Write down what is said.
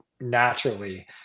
naturally